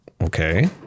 okay